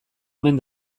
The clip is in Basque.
omen